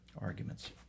arguments